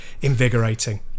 invigorating